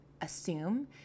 assume